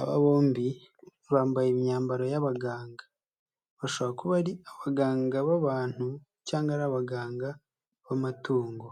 Aba bombi bambaye imyambaro y'abaganga. Bashobora kuba ari abaganga b'abantu cyangwa ari abaganga b'amatungo.